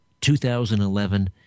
2011